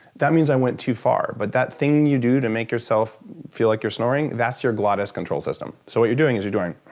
that means i went too far, but that thing you do to make yourself feel like you're snoring, that's your glottis control system. so what you're doing is your doing